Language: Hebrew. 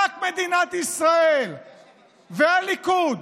רק מדינת ישראל והליכוד